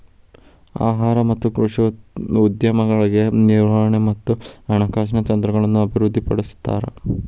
ಆಹಾರ ಮತ್ತ ಕೃಷಿ ಉದ್ಯಮಗಳಿಗೆ ನಿರ್ವಹಣೆ ಮತ್ತ ಹಣಕಾಸಿನ ತಂತ್ರಗಳನ್ನ ಅಭಿವೃದ್ಧಿಪಡಿಸ್ತಾರ